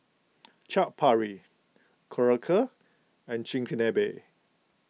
Chaat Papri Korokke and Chigenabe